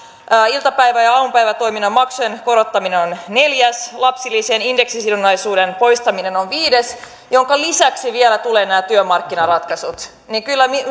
iltapäivä ja ja aamupäivätoiminnan maksujen korottaminen on neljäs lapsilisien indeksisidonnaisuuden poistaminen on viides ja näiden lisäksi vielä tulevat nämä työmarkkinaratkaisut kyllä